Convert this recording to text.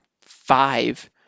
five